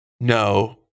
No